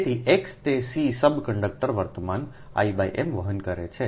તેથી X તે c સબ કંડક્ટર વર્તમાન I m વહન કરે છે